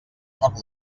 foc